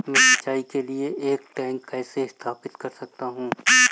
मैं सिंचाई के लिए एक टैंक कैसे स्थापित कर सकता हूँ?